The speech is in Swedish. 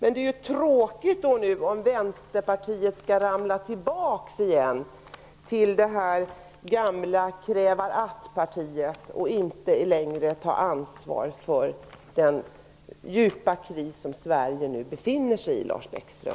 Det är tråkigt om Vänsterpartiet skall återgå till det gamla "vi kräver att-partiet" och inte längre vill ta ansvar för den djupa kris som Sverige nu befinner sig i, Lars Bäckström.